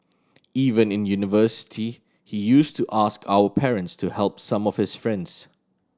even in university he used to ask our parents to help some of his friends